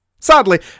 Sadly